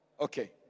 Okay